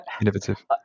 innovative